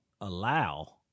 allow